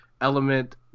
element